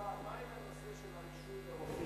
כבוד השר, מה עם הנושא של הרישוי לרופאים?